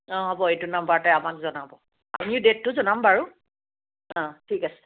অ' হ'ব এইটো নম্বৰতে আমাক জনাব আমিও ডেটটো জনাম বাৰু অহ ঠিক আছে